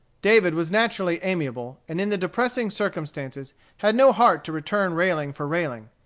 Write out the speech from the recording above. david was naturally amiable, and in the depressing circumstances had no heart to return railing for railing.